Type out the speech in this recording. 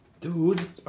Dude